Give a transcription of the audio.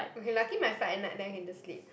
okay lucky my flight at night then I can just sleep